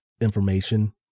information